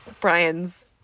Brian's